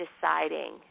deciding